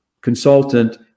consultant